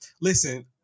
listen